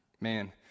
Man